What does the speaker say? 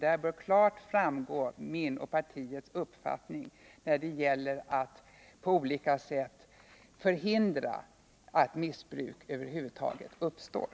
Därav bör klart framgå min och partiets uppfattning när det gäller att på olika sätt förhindra att missbruk över huvud taget uppstår.